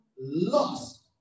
lost